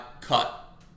cut